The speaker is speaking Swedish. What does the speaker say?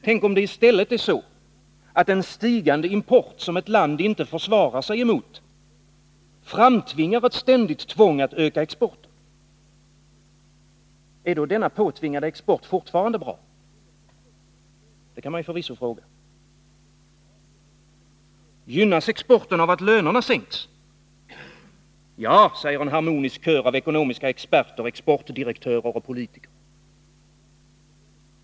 Tänk, om det i stället är så att en stigande import, som ett land inte försvarar sig emot, framtvingar ett ständigt tvång att öka exporten. Är denna påtvingade export då fortfarande bra? Det kan man förvisso fråga. Gynnas exporten av att lönerna sänks? Ja, säger en harmonisk kör av ekonomiska experter, exportdirektörer och politiker.